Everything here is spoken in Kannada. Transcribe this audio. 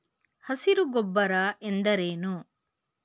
ಹಸಿರು ಗೊಬ್ಬರ ಎಂದರೇನು?